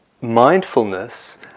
mindfulness